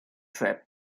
trip